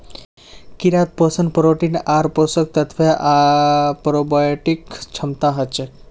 कीड़ात पोषण प्रोटीन आर पोषक तत्व आर प्रोबायोटिक क्षमता हछेक